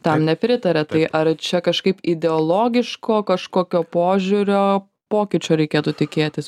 tam nepritaria tai ar čia kažkaip ideologiško kažkokio požiūrio pokyčio reikėtų tikėtis